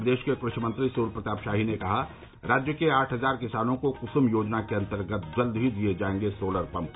प्रदेश के कृषि मंत्री सूर्य प्रताप शाही ने कहा राज्य के आठ हजार किसानों को कुसुम योजना के अन्तर्गत जल्द ही दिए जायेंगे सोलर पम्प